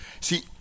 see